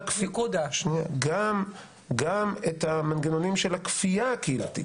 גם את המנגנונים של הכפייה הקהילתית,